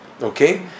okay